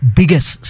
biggest